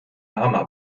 lama